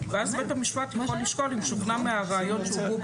ואז בית המשפט יכול לשקול אם שוכנע מהראיות שהובאו